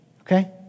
okay